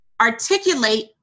articulate